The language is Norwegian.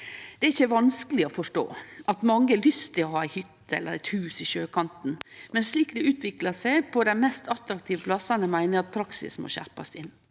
Det er ikkje vanskeleg å forstå at mange har lyst til å ha ei hytte eller eit hus i sjøkanten, men slik det har utvikla seg på dei mest attraktive plassane, meiner eg at praksisen må skjerpast inn.